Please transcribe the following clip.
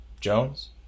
Jones